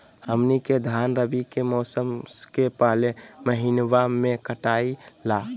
हमनी के धान रवि के मौसम के पहले महिनवा में कटाई ला